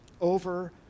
over